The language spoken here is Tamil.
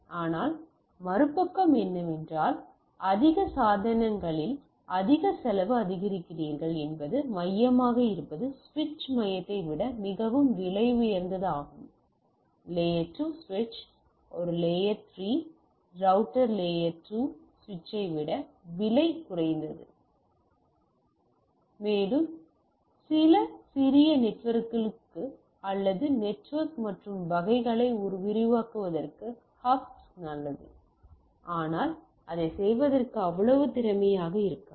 ஆனால் மறுபக்கம் என்னவென்றால் அதிக சாதனங்களில் அதிக செலவு அதிகரிக்கிறீர்கள் என்பது மையமாக இருப்பது சுவிட்ச் மையத்தை விட மிகவும் விலை உயர்ந்தது லேயர் 2 சுவிட்ச் ஒரு லேயர் 3 ரௌட்டர் லேயர் 2 சுவிட்சை விட விலை உயர்ந்தது மேலும் சில சிறிய நெட்வொர்க்குகளுக்கு அல்லது நெட்வொர்க் மற்றும் வகைகளை விரிவாக்குவதற்கு ஹப்ஸ் நல்லது ஆனால் அதைச் செய்வதற்கு அவ்வளவு திறமையாக இருக்காது